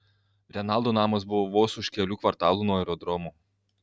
renaldo namas buvo vos už kelių kvartalų nuo aerodromo